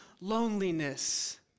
loneliness